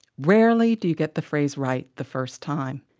rarely do you get the phrase right the first time.